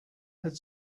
had